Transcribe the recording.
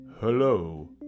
Hello